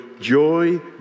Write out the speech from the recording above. joy